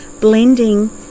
blending